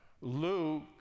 Luke